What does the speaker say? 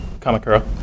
Kamakura